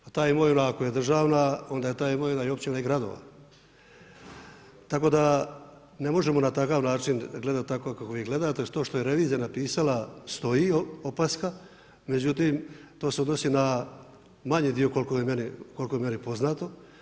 Ta imovina ako je državna, onda je ta imovina općina i gradova tako da ne možemo na takav način gledati tako kako vi gledate, uz to što je revizija napisala, stoji opaska, međutim to se odnosi na manji dio koliko je meni poznato.